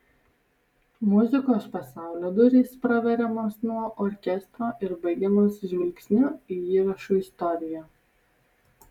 muzikos pasaulio durys praveriamos nuo orkestro ir baigiamos žvilgsniu į įrašų istoriją